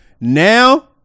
Now